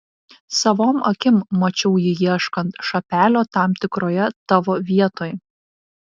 savom akim mačiau jį ieškant šapelio tam tikroje tavo vietoj